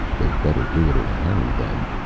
they'd better do it in a hurry, then,